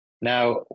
Now